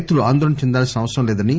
రైతులు ఆందోళన చెందాల్సిన అవసరం లేదని